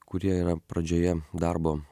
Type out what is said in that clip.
kurie yra pradžioje darbo